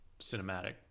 cinematic